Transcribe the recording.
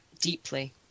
deeply